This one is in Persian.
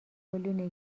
کلی